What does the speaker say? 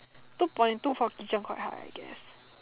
two point two for kitchen quite high I guess